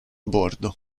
bordo